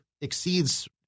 exceeds